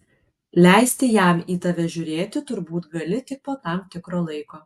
leisti jam į tave žiūrėti turbūt gali tik po tam tikro laiko